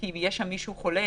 כי אם יהיה שם מישהו חולה